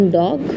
dog